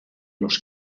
los